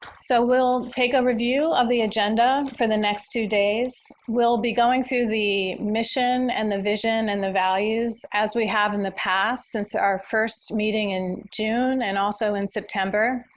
so we'll take a review of the agenda for the next two days. we'll be going through the mission and the vision and the values as we have in the past since our first meeting in june and also in september.